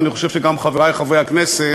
ואני חושב שגם חברי חברי הכנסת.